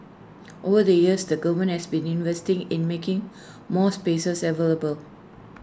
over the years the government has been investing in making more spaces available